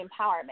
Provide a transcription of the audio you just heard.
empowerment